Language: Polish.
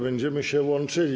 Będziemy się łączyli.